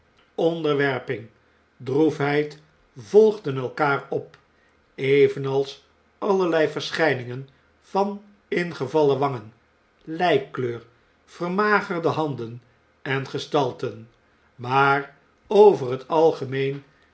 onderwerping droefheid volgden elkaar op evenals allerlei verschijningen van ingevallen wangen lpkleur vermagerde handen en gestalten maar over het algemeen